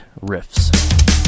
riffs